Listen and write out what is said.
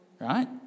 Right